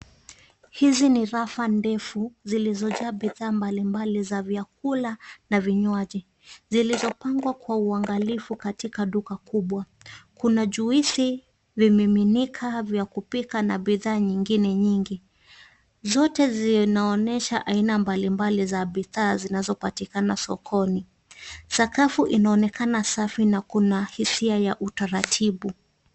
Hizi ni rafa ndefu zilizojaa bidhaa mbalimbali za vyakula na vinywaji, zilizopangwa kwa uangalifu katika duka kubwa. Kuna juisi, vimiminika, vya kupika na bidhaa nyingine nyingi. Zote zinaonesha aina mbalimbali za bidhaa zinazopatikana sokoni. sakafu inaonekana safi na kuna hisia ya utaratibu.